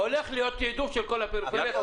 הולך להיות תעדוף של כל הפריפריה,